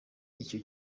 icyo